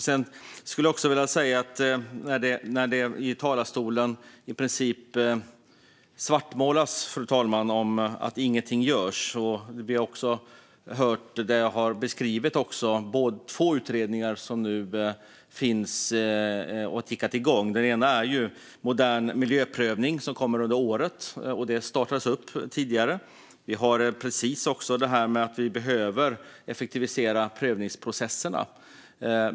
Det svartmålas i talarstolen och sägs att inget görs. Vi har hört hur två utredningar har beskrivits, som nu har tickat igång. Den ena handlar om modern miljöprövning och kommer under året; den startades tidigare. Vi har också detta med att vi behöver effektivisera prövningsprocesserna.